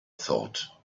thought